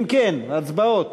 אם כן, הצבעות.